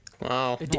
Wow